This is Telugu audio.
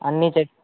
అన్ని చెక్